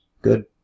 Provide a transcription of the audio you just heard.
Good